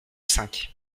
cinq